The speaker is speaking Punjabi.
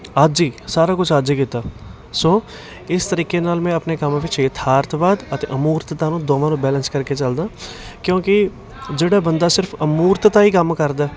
ਅੱਜ ਹੀ ਸਾਰਾ ਕੁਛ ਅੱਜ ਕੀਤਾ ਸੋ ਇਸ ਤਰੀਕੇ ਨਾਲ ਮੈਂ ਆਪਣੇ ਕੰਮ ਵਿੱਚ ਯਥਾਰਥਵਾਦ ਅਤੇ ਅਮੂਰਤਤਾ ਨੂੰ ਦੋਵਾਂ ਨੂੰ ਬੈਲੈਂਸ ਕਰਕੇ ਚੱਲਦਾ ਕਿਉਂਕਿ ਜਿਹੜਾ ਬੰਦਾ ਸਿਰਫ ਅਮੂਰਤਤਾ ਹੀ ਕੰਮ ਕਰਦਾ